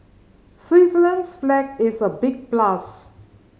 Switzerland's flag is a big plus